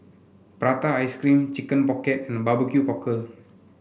Prata Ice Cream Chicken Pocket and Barbecue Cockle